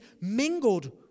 mingled